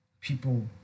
people